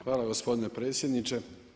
Hvala gospodine predsjedniče.